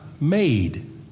made